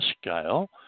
scale